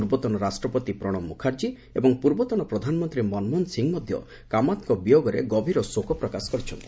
ପୂର୍ବତନ ରାଷ୍ଟ୍ରପତି ପ୍ରଶବ ମୁଖାର୍ଜୀ ଏବଂ ପୂର୍ବତନ ପ୍ରଧାନମନ୍ତ୍ରୀ ମନମୋହନ ସିଂ କାମାତ୍ଙ୍କ ବିୟୋଗରେ ଗଭୀର ଶୋକ ପ୍ରକାଶ କରିଛନ୍ତି